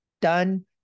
done